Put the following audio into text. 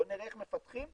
בוא נראה איך מפתחים,